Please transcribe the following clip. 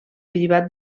privat